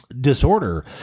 Disorder